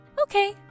Okay